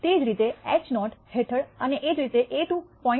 એ જ રીતે h not હેઠળ અને એ જ રીતે A ₂